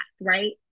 right